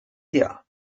tea